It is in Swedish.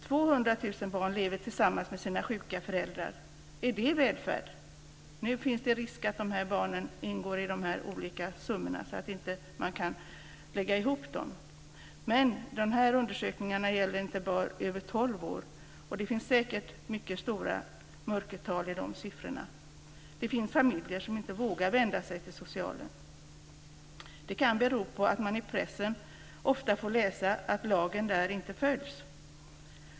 200 000 barn lever tillsammans med sina sjuka föräldrar. Är det välfärd? Nu finns det risk att dessa barn ingår i de olika siffrorna så att man inte kan lägga ihop dem. Men dessa undersökningar gäller inte barn över 12 år. Det finns säkert mycket stora mörkertal utöver de siffrorna. Det finns familjer som inte vågar vända sig till socialen. Det kan bero på att man i pressen ofta får läsa att lagen inte följs där.